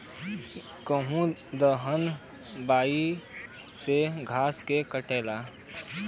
केहू दहिने बाए से घास के काटेला